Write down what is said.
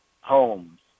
homes